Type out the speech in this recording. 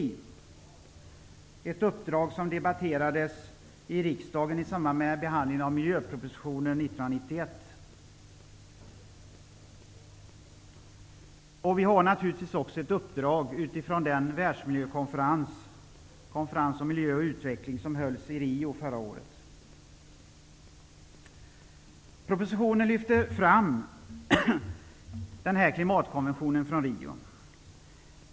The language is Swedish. Det var ett uppdrag som debatterades i riksdagen i samband med behandlingen av miljöpropositionen Vi har naturligtvis också ett uppdrag utifrån den världsmiljökonferens om miljö och utveckling som hölls i Rio förra året. Propositionen lyfter fram klimatkonventionen från Rio.